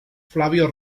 flavio